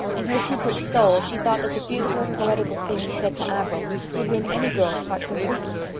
in her secret soul she thought that the beautiful, poetical things said to averil would win any girl's heart completely.